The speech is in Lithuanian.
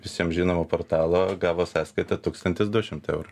visiem žinomo portalo gavo sąskaitą tūkstantis du šimtai eurų